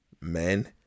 men